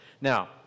now